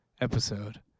episode